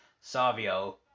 Savio